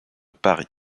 paris